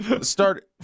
Start